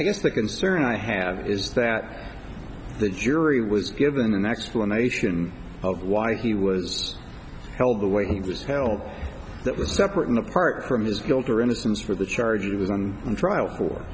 i guess the concern i have is that the jury was given an explanation of why he was held the way he was held that was separate and apart from his guilt or innocence for the charge he was on trial for